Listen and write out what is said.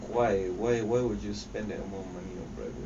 why why why would you spend that amount of money on private